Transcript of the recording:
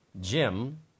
Jim